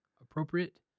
appropriate